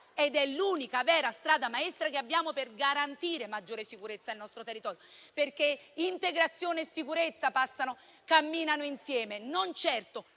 È l'unica vera strada maestra che abbiamo per garantire maggiore sicurezza nel nostro territorio, perché integrazione e sicurezza camminano insieme, non certo